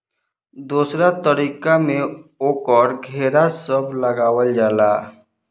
दोसरका तरीका में ओकर घेरा सब लगावल जाला